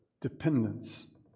dependence